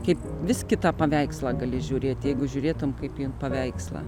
kaip vis kitą paveikslą gali žiūrėt jeigu žiūrėtum kaip į paveikslą